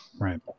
Right